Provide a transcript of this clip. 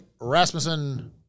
Rasmussen